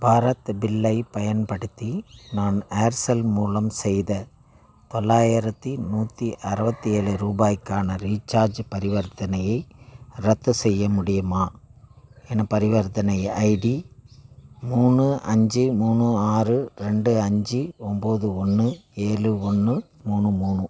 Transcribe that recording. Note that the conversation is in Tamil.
பாரத் பில்லைப் பயன்படுத்தி நான் ஏர்செல் மூலம் செய்த தொள்ளாயிரத்தி நூற்றி அறுபத்தி ஏழு ரூபாய்க்கான ரீசார்ஜ் பரிவர்த்தனையை ரத்து செய்ய முடியுமா எனது பரிவர்த்தனை ஐடி மூணு அஞ்சு மூணு ஆறு ரெண்டு அஞ்சு ஒம்போது ஒன்று ஏழு ஒன்று மூணு மூணு